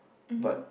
but